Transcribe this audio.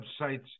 websites